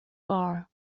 bar